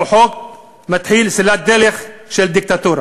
הוא חוק שמתחיל סלילת דרך של דיקטטורה.